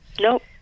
Nope